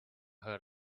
heard